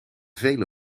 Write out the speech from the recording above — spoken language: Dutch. vele